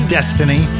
Destiny